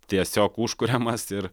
tiesiog užkuriamas ir